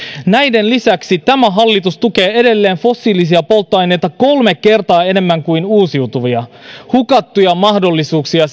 näiden lisäksi tämä hallitus tukee edelleen fossiilisia polttoaineita kolme kertaa enemmän kuin uusiutuvia siis hukattuja mahdollisuuksia